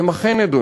הן אכן נדונות,